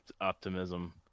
optimism